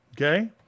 Okay